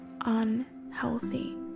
unhealthy